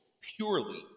purely